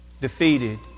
defeated